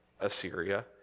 Assyria